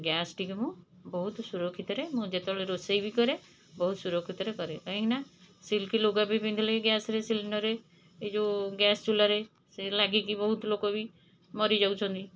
ଗ୍ୟାସ୍ଟିକି ମୁଁ ବହୁତ ସୁରକ୍ଷିତରେ ମୁଁ ଯେତେବେଳେ ରୋଷେଇ ବି କରେ ବହୁତ ସୁରକ୍ଷିତରେ କରେ କାହିଁକିନା ସିଲ୍କ ଲୁଗା ବି ପିନ୍ଧିଲେ ବି ଗ୍ୟାସ୍ରେ ସିଲିଣ୍ଡର୍ରେ ଏଇ ଯେଉଁ ଗ୍ୟାସ୍ ଚୁଲାରେ ସେ ଲାଗିକି ବହୁତ ଲୋକ ବି ମରି ଯାଉଛନ୍ତି